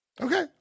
Okay